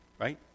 Right